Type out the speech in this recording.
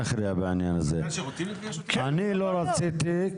אני לא רציתי,